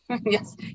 Yes